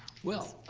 well,